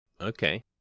Okay